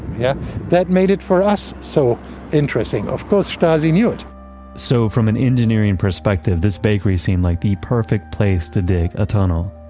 yeah that made it for us so interesting. of course, stasi knew it so from an engineering perspective, this bakery seemed like the perfect place to dig a tunnel.